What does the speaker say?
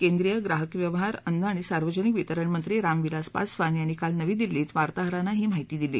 केंद्रीय ग्राहक व्यवहार अन्न आणि सार्वजनिक वितरण मंत्री रामविलास पासवान यांनी काल नवी दिल्ली श्वे वार्ताहरांना ही माहिती दिली